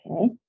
Okay